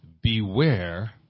beware